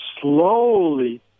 slowly